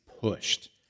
pushed